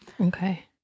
Okay